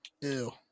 Ew